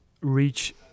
reach